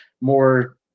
more